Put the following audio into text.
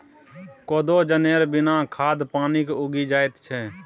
कोदो जनेर बिना खाद पानिक उगि जाएत छै